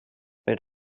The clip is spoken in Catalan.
per